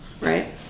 right